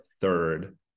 third